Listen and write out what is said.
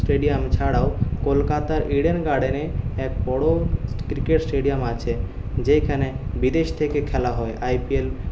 stadium ছাড়াও কলকাতার Eden গার্ডেনে এক বড় ক্রিকেট স্টেডিয়াম আছে যেখানে বিদেশ থেকে খেলা হয় আইপিএল